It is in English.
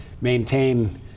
maintain